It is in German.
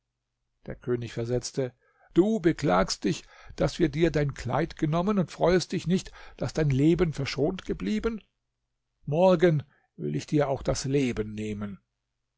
der könig versetzte du beklagst dich daß wir dir dein kleid genommen und freuest dich nicht daß dein leben verschont geblieben morgen will ich dir auch das leben nehmen